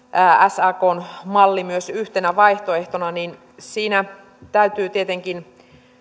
sakn malli myös yhtenä vaihtoehtona niin siinä täytyy tietenkin